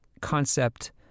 concept